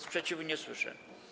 Sprzeciwu nie słyszę.